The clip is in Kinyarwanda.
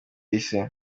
isi